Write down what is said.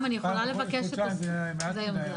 פעם בחודש-חודשיים זה יהיה מעט מדיי,